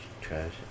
trash